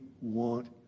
want